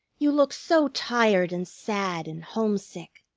you look so tired and sad and homesick!